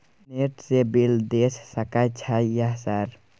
Net से bill देश सक छै यह सर?